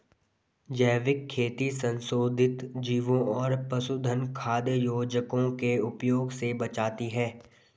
जैविक खेती संशोधित जीवों और पशुधन खाद्य योजकों के उपयोग से बचाती है